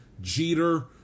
Jeter